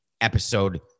episode